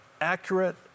accurate